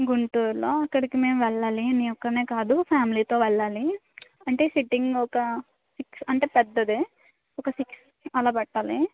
గుంటూరులో అక్కడికి నేను వెళ్ళాలి నేను ఒక్కణ్ణే కాదు ఫ్యామిలీతో వెళ్ళాలి అంటే సిట్టింగ్ ఒక సిక్స్ అంటే పెద్దదే ఒక సిక్స్ అలా పట్టాలి